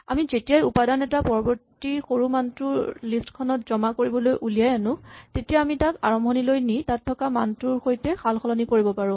আমি যেতিয়াই উপাদান এটা পৰৱৰ্তী সৰু মানটো ৰ লিষ্ট খনত জমা কৰিবলৈ উলিয়াই আনো তেতিয়া আমি তাক আৰম্ভণিলৈ নি তাত থকা মানটোৰ সৈতে সালসলনি কৰিব পাৰো